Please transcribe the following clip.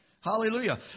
Hallelujah